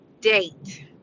date